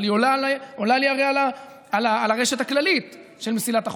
אבל היא הרי עולה על הרשת הכללית של מסילת החוף.